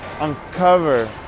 uncover